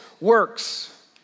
works